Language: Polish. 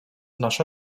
nasze